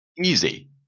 Easy